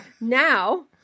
now